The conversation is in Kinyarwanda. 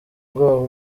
rw’aho